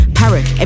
parrot